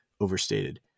overstated